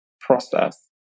process